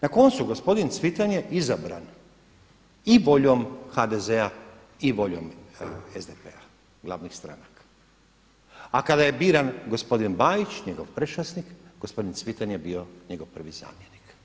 Na koncu gospodin Cvitan je izabran i voljom HDZ-a i voljom SDP-a glavnih stranaka, a kada je biran gospodin Bajić njego prečasnik, gospodin Cvitan je bio njegov prvi zamjenik.